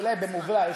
אולי במובלע,